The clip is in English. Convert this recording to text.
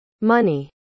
money